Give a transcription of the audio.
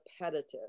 repetitive